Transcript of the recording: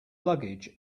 luggage